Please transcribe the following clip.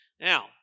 Now